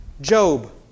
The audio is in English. Job